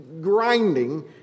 Grinding